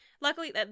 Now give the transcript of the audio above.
Luckily